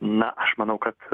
na aš manau kad